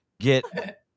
get